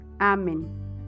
Amen